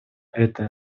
этой